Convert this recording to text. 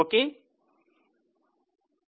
ok